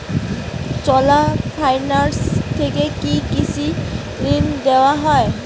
চোলা finance থেকে কি কৃষি ঋণ দেওয়া হয়?